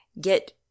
get